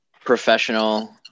professional